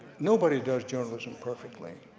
nobody does journalism perfectly.